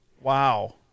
Wow